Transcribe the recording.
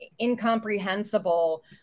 incomprehensible